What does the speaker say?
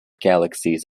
galaxies